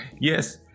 Yes